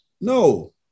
no